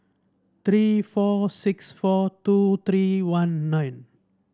three four six four two three one nine